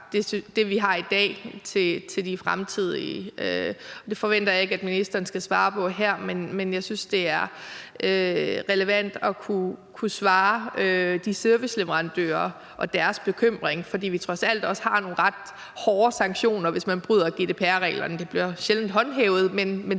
fra det, vi har i dag, til det fremtidige. Det forventer jeg ikke at ministeren skal svare på her, men jeg synes, det er relevant at kunne svare på de serviceleverandørers bekymring, for vi har trods alt også nogle ret hårde sanktioner, hvis man bryder GDPR-reglerne. De bliver sjældent håndhævet, men det